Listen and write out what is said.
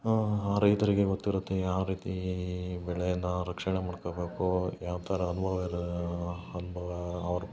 ಆ ರೈತರಿಗೆ ಗೊತ್ತಿರುತ್ತೆ ಯಾವ ರೀತಿ ಬೆಳೆನ ರಕ್ಷಣೆ ಮಾಡ್ಕೊಬೇಕು ಯಾವ ಥರ ಅನುಭವ ಇರಾ ಅನ್ಭವ ಅವ್ರು